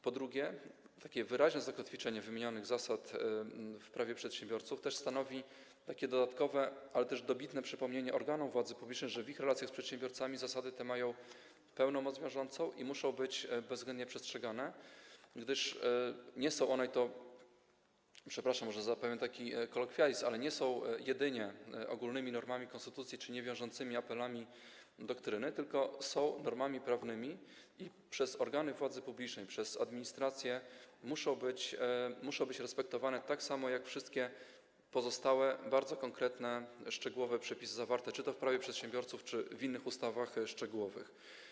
Po drugie, takie wyraźne zakotwiczenie wymienionych zasad w Prawie przedsiębiorców stanowi dodatkowe, dobitne przypomnienie organom władzy publicznej, że w ich relacjach z przedsiębiorcami zasady te mają pełną moc wiążącą i muszą być bezwzględnie przestrzegane, gdyż nie są one - przepraszam za kolokwializm - jedynie ogólnymi normami konstytucji czy niewiążącymi apelami doktryny, tylko są normami prawnymi i przez organy władzy publicznej, przez administrację muszą być respektowane tak samo jak wszystkie pozostałe, bardzo konkretne, szczegółowe przepisy, zawarte czy to w Prawie przedsiębiorców, czy w innych ustawach szczegółowych.